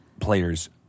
players